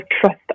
trust